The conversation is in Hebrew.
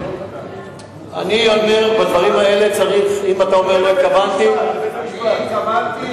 אני אומר שאם אתה אומר "לא התכוונתי" בית-המשפט.